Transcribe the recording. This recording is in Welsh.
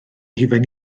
hufen